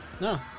No